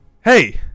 hey